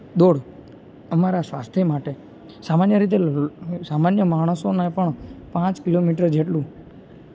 દોડ અમારા સ્વાસ્થ્ય માટે સામાન્ય રીતે લો સામાન્ય માણસોને પણ પાંચ કિલોમીટર જેટલું